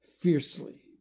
Fiercely